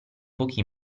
pochi